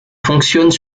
fonctionnent